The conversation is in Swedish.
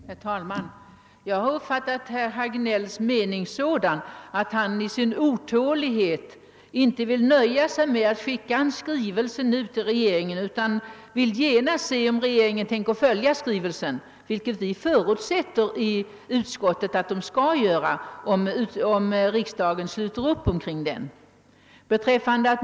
Herr talman! Jag har uppfattat herr Hagnell så, att han i sin otålighet inte vill nöja sig med att skicka en skrivelse till regeringen, utan genast vill se om regeringen tänker följa skrivelsen. Vi i utskottet förutsätter att regeringen skall göra det, om riksdagen sluter upp omkring vår hemställan.